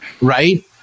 Right